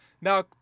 Now